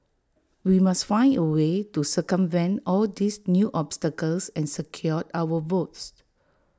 we must find A way to circumvent all these new obstacles and secure our votes